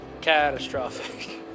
catastrophic